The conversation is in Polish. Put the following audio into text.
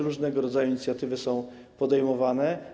Różnego rodzaju inicjatywy są podejmowane.